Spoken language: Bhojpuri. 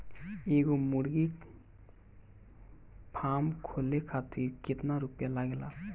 एगो मुर्गी फाम खोले खातिर केतना रुपया लागेला?